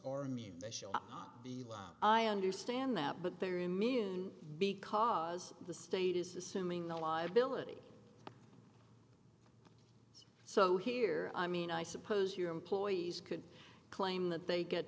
law i understand that but they're immune because the state is assuming no liability so here i mean i suppose your employees could claim that they get